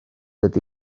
ydy